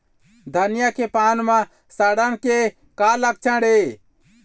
धनिया के पान म सड़न के का लक्षण ये?